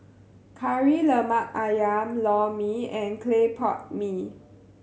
Kari Lemak Ayam Lor Mee and clay pot mee